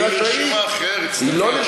היא רשומה אחרת.